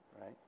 right